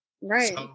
Right